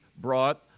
brought